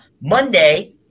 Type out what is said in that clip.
Monday